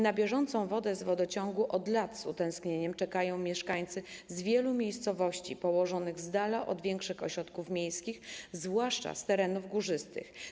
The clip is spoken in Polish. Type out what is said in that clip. Na bieżącą wodę z wodociągu od lat z utęsknieniem czekają mieszkańcy z wielu miejscowości położonych z dala od większych ośrodków miejskich, zwłaszcza z terenów górzystych.